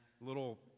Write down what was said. little